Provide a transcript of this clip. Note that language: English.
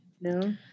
no